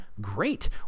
Great